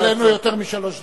אבל אין לו יותר משלוש דקות.